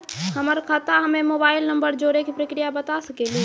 हमर खाता हम्मे मोबाइल नंबर जोड़े के प्रक्रिया बता सकें लू?